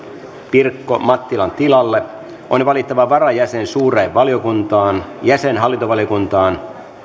pirkko mattilan tilalle on valittava varajäsen suureen valiokuntaan jäsen hallintovaliokuntaan